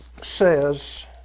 says